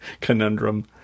conundrum